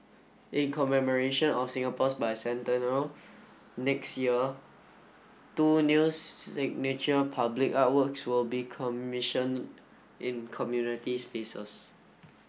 in commemoration of Singapore's Bicentennial next year two new signature public artworks will be commissioned in community spaces